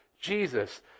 Jesus